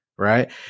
Right